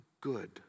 good